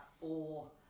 four